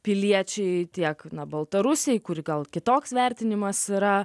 piliečiai tiek na baltarusijai kuri gal kitoks vertinimas yra